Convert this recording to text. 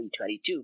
2022